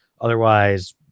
Otherwise